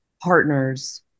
partners